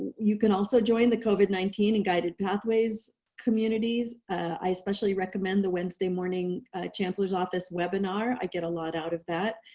you can also join the covid nineteen and guided pathways communities. i, especially recommend the wednesday morning chancellor's office webinar. i get a lot out of that.